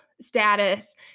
status